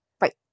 Right